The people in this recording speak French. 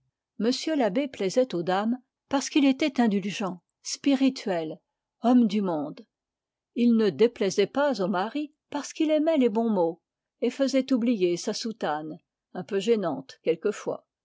l'abbé plaisait aux dames parce qu'il était indulgent spirituel homme du monde il ne déplaisait pas aux maris parce qu'il aimait les bons mots et faisait oublier sa soutane un peu gênante quelquefois